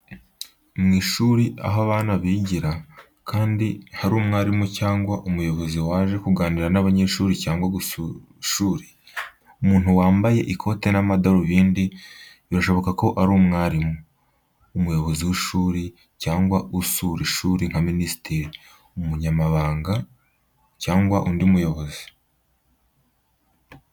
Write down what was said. Mu ishuri aho abana bigira, kandi hari umwarimu cyangwa umuyobozi waje kuganira n'abanyeshuri cyangwa gusura ishuri. Umuntu wambaye ikote n’amadarubindi, birashoboka ko ari umwarimu, umuyobozi w’ishuri, cyangwa usura ishuri nka minisitiri, umunyamabanga, cyangwa undi muyobozi.